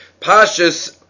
Pashas